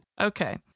Okay